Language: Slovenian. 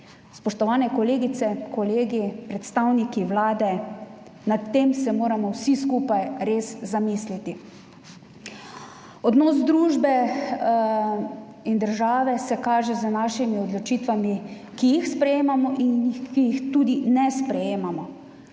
Spoštovane kolegice, kolegi, predstavniki Vlade, nad tem se moramo vsi skupaj res zamisliti. Odnos družbe in države se kaže z našimi odločitvami, ki jih sprejemamo in ki jih tudi ne sprejemamo.